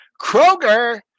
Kroger